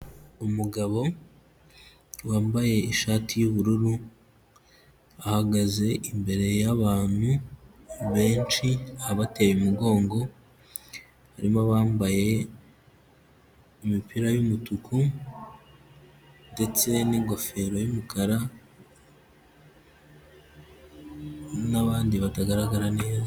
Umugabo wambaye ishati y'ubururu ahagaze imbere y'abantu benshi abateye umugongo, harimo abambaye imipira y'umutuku ndetse n'ingofero y'umukara n'abandi batagaragara neza.